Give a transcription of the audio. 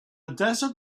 desert